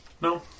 No